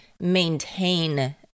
maintain